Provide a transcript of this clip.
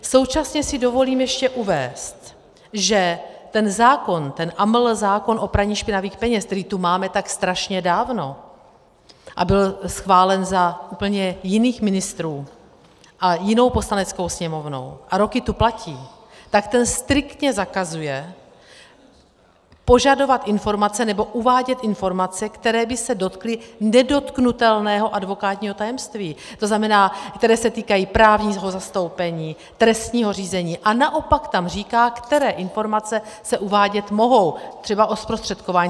Současně si dovolím ještě uvést, že ten zákon AML, zákon o praní špinavých peněz, který tu máme tak strašně dávno, a byl schválen za úplně jiných ministrů a jinou Poslaneckou sněmovnou a roky tu platí, tak ten striktně zakazuje požadovat informace nebo uvádět informace, které by se dotkly nedotknutelného advokátního tajemství, to znamená, které se týkají právního zastoupení, trestního řízení, a naopak tam říká, které informace se uvádět mohou, třeba o zprostředkování.